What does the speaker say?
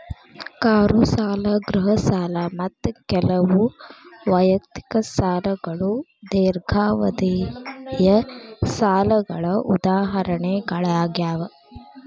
car ಸಾಲ ಗೃಹ ಸಾಲ ಮತ್ತ ಕೆಲವು ವೈಯಕ್ತಿಕ ಸಾಲಗಳು ದೇರ್ಘಾವಧಿಯ ಸಾಲಗಳ ಉದಾಹರಣೆಗಳಾಗ್ಯಾವ